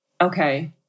Okay